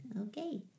Okay